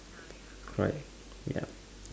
correct ya